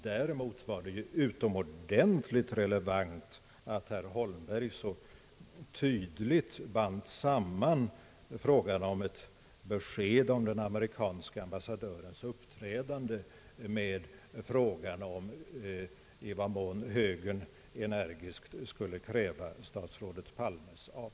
Däremot var det utomordentligt relevant att herr Holmberg så tydligt band samman sin önskan om ett besked rörande den amerikanske ambassadörens uppträdande med frågan i vad mån högern energiskt skulle kräva statsrådet Palmes av